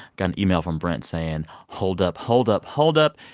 got an email from brent saying, hold up. hold up. hold up.